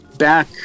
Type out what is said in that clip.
Back